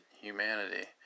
humanity